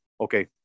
okay